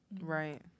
right